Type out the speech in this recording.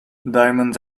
diamonds